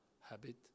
habit